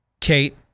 Kate